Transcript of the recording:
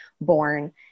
born